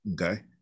Okay